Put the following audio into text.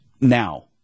now